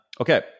Okay